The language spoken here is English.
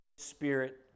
Spirit